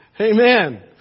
Amen